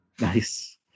Nice